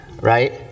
right